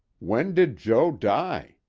when did jo. die?